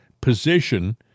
position